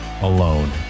alone